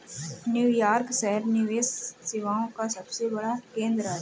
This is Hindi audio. न्यूयॉर्क शहर निवेश सेवाओं का सबसे बड़ा केंद्र है